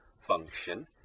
function